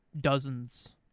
dozens